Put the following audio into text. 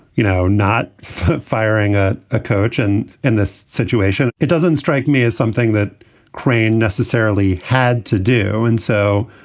you know, not firing a ah coach. and in this situation, it doesn't strike me as something that crane necessarily had to do. and so